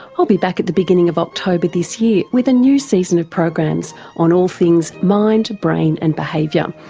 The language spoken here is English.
i'll be back at the beginning of october this year with a new season of programs on all things mind, brain and behaviour,